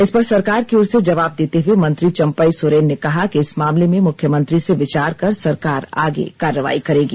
इस पर सरकार की ओर से जवाब देते हुए मंत्री चंपई सोरेन ने कहा कि इस मामले में मुख्यमंत्री से विचार कर सरकार आगे कार्यवाही करेगी